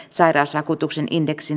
sairausvakuutuksen indeksin